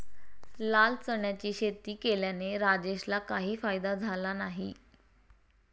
लाल चण्याची शेती केल्याने राजेशला काही फायदा झाला नाही